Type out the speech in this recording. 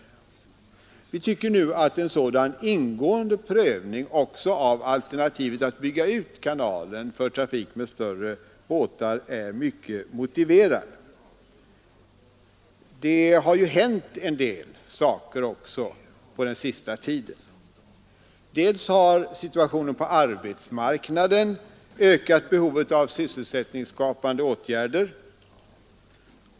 Vi tycker nu att en sådan prövning av alternativet att också bygga ut kanalen för trafik med större båtar är mycket motiverad. Det har ju hänt en del saker på den senaste tiden. För det första har situationen på arbetsmarknaden ökat behovet av sysselsättningsskapande åtgärder.